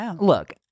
look